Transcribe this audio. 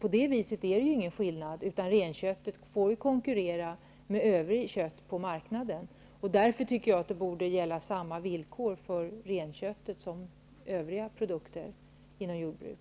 På det viset är det ingen skillnad, utan renköttet konkurrerar med övrigt kött på marknaden. Därför borde det gälla samma villkor för renköttet som för övriga produkter inom jordbruket.